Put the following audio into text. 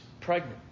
pregnant